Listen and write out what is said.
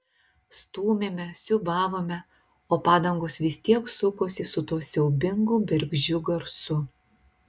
stūmėme siūbavome o padangos vis tiek sukosi su tuo siaubingu bergždžiu garsu